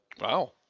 Wow